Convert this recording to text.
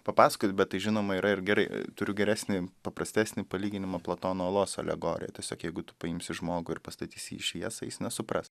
papasakoti bet tai žinoma yra ir gerai turiu geresnį paprastesnį palyginimą platono olos alegoriją tiesiog jeigu tu paimsi žmogų ir pastatysi jį į šviesą jis nesupras